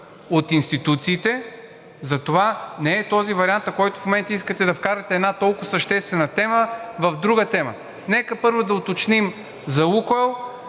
от институциите. Затова не е този вариантът, който в момента искате да вкарате, една толкова съществена тема в друга тема. Нека първо да уточним за